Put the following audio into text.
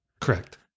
Correct